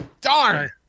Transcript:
darn